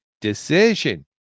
decision